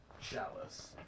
Chalice